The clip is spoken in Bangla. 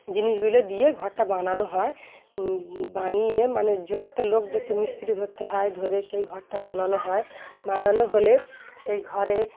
জিনিসগুলো দিয়ে ঘরটা বানানো হয় বানিয়ে মানে একটা লোক ধরতে মিস্ত্রি ধরতে হয় ধরে সেই ঘরটা বানানো হয় বানানো হলে সেই ঘরে